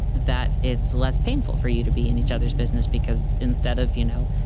that it's less painful for you to be in each other's business because instead of, you know,